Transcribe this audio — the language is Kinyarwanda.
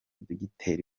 dogiteri